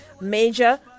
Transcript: major